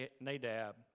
Nadab